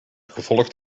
gevolgd